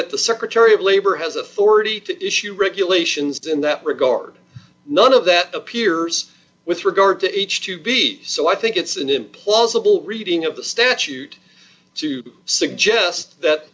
that the secretary of labor has authority to issue regulations to in that regard none of that appears with regard to each to be so i think it's an implausible reading of the statute to suggest that